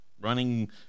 running